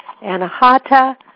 Anahata